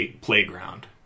playground